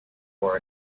for